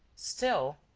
still.